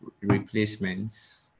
replacements